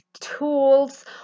tools